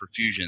perfusion